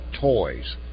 Toys